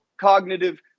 cognitive